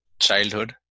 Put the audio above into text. childhood